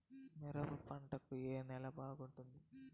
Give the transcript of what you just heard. మిరప పంట కు ఏ నేల బాగుంటుంది?